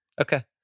Okay